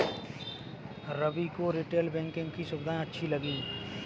रवि को retail banking की सुविधाएं अच्छी लगी